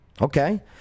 Okay